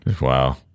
Wow